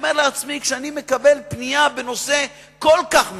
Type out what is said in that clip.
אומר לעצמי, כשאני מקבל פנייה בנושא כל כך מקצועי,